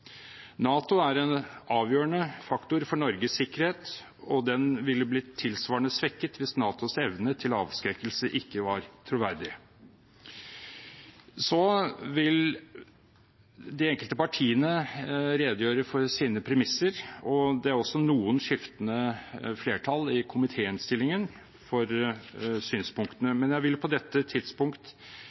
NATO er en avgjørende faktor for Norges sikkerhet, og den ville blitt tilsvarende svekket hvis NATOs evne til avskrekkelse ikke var troverdig. De enkelte partiene vil redegjøre for sine premisser, og det er også noen skiftende flertall i komitéinnstillingen for synspunktene, men jeg vil på dette tidspunkt